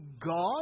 God